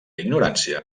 ignorància